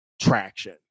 traction